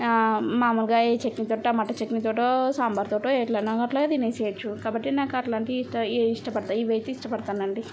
మాములుగా ఈ చట్నీ గట్టా మటన్ చట్నీతోటో సాంబార్తోటో ఎట్లానోగట్లగ తినేసేయొచ్చు కాబట్టి నాకట్లంటియి ఇష్ట ఈ ఇష్టపడుతూ ఇవయితే ఇష్టపడతానండి